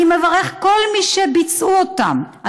אני מברך כל מי שביצעו אותם.